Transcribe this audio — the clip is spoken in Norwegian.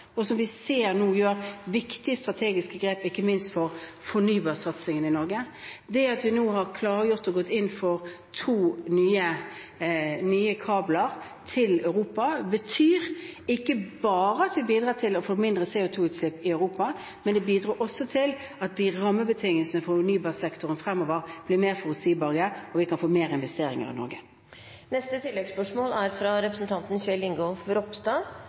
og som vi nå ser gjør viktige strategiske grep ikke minst for fornybarsatsingen i Norge. Det at vi nå har klargjort og gått inn for to nye kabler til Europa, betyr ikke bare at vi bidrar til å få mindre CO2-utslipp i Europa, det bidrar også til at rammebetingelsene for fornybarsektoren fremover blir mer forutsigbare, og vi kan få flere investeringer i Norge. Kjell Ingolf Ropstad – til oppfølgingsspørsmål. Representanten